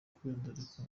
kwiyandarika